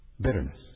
bitterness